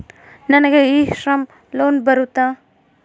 ನನಗೆ e Shram loan ಬರುತ್ತಾ?